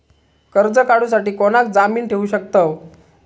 कर्ज काढूसाठी कोणाक जामीन ठेवू शकतव?